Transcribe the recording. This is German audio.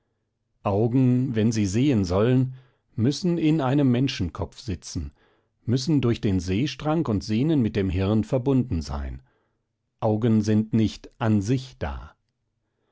augen wenn sie sehen sollen müssen in einem menschenkopf sitzen müssen durch den sehstrang und sehnen mit dem hirn verbunden sein augen sind nicht an sich da